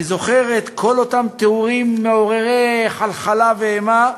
אני זוכר את כל אותם תיאורים מעוררי חלחלה ואימה,